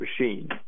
machine